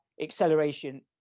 acceleration